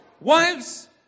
Wives